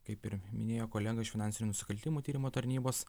kaip ir minėjo kolega iš finansinių nusikaltimų tyrimo tarnybos